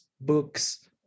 books